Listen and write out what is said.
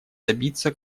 добиться